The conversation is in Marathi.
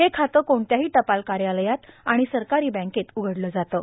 हे खातं कोणत्याही टपाल कार्यालयात आणि सरकारी बँकेत उघडलं जातं